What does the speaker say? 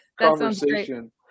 conversation